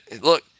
look